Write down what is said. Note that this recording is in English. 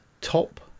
top